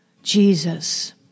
Jesus